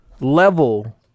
level